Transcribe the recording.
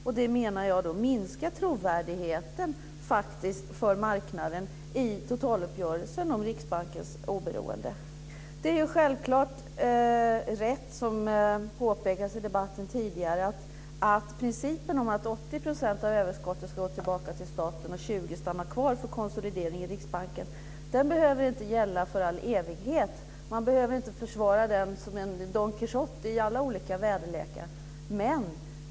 Jag menar att det minskar marknadens tilltro när det gäller totaluppgörelsen om Det är självklart rätt - som tidigare påpekats i debatten - att principen om att 80 % av överskottet ska gå tillbaka till staten och 20 % ska stanna kvar i Riksbanken för konsolidering inte behöver gälla för all evighet. Man behöver inte försvara den som en Don Quijote i alla olika väderlekar.